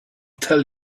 tell